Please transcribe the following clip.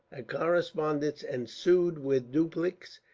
a correspondence ensued with dupleix,